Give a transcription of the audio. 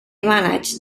manage